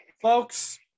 folks